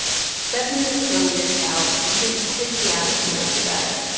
bethany is so weirded out, she just quits the app and goes to bed.